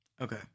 Okay